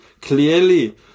clearly